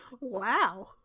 wow